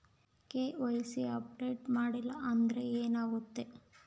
KYC update ಮಾಡಿಲ್ಲ ಅಂದ್ರೆ ಏನಾಗುತ್ತೆ?